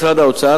משרד האוצר,